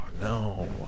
No